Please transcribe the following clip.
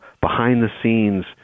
behind-the-scenes